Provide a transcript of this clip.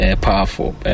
powerful